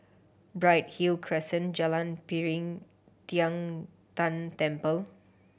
Bright Hill Crescent Jalan Piring Tian Tan Temple